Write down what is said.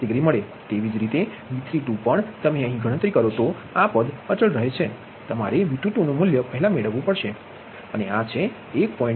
તેવીજ રીતે V32 પણ તમે અહીં ગણતરી કરો છો તો આ પદ કહે છે તમારે V22 નુ મુલ્ય પહેલાં મેળવવું પડશે અને આ છે અને આ 1